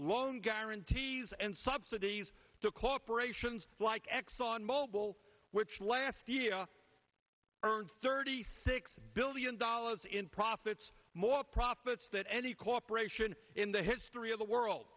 loan guarantees and subsidies to corporations like exxon mobil which last year earned thirty six billion dollars in profits more profits that any corporation in the history of the world